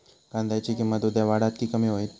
कांद्याची किंमत उद्या वाढात की कमी होईत?